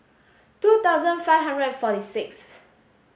two thousand five hundred and forty sixth